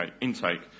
intake